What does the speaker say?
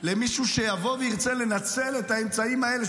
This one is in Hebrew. למישהו שיבוא וירצה לנצל את האמצעים האלה,